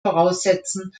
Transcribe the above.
voraussetzen